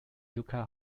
yucca